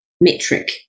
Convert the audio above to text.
metric